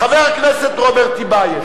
חבר הכנסת רוברט טיבייב?